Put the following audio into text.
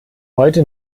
heute